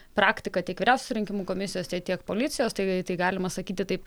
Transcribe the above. praktiką tiek vyriausios rinkimų komisijos tiek policijos tai tai galima sakyti taip